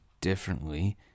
differently